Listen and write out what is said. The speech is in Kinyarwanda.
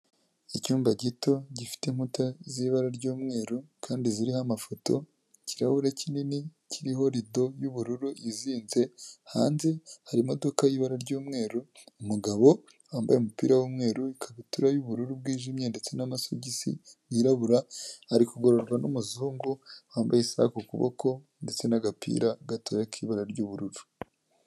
Icyumba gito gifite inkuta z'ibara ry'umweru kandi ziriho amafoto, ikirahure kinini kiriho rido y'ubururu yizinze, hanze hari imodoka y'ibara ry'umweru. Umugabo wambaye umupira w'umweru, ikabutura y'ubururu bwijimye ndetse n'amasogisi yirabura, ari kugororwa n'umuzungu wambaye isaha ku kuboko ndetse n'agapira gatoya k'ibara ry'ubururu.